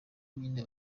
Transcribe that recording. nyine